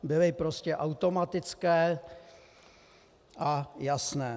Byly prostě automatické a jasné.